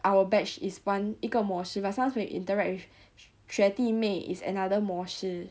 our batch is one 一个模式 but sometimes when you interact with 学弟妹 is another 模式